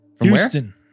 houston